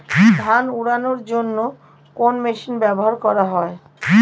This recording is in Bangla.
ধান উড়ানোর জন্য কোন মেশিন ব্যবহার করা হয়?